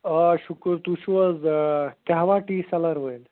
آ شُکُر تُہۍ چھو حظ آ قہوہ ٹی سیٚلَر وٲلۍ